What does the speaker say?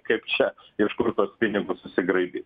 kaip čia iš kur tuos pinigus susigraibyt